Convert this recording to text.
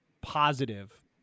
positive